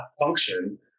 function